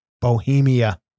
Bohemia